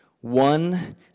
One